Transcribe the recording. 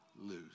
lose